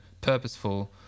purposeful